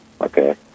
Okay